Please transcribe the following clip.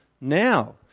now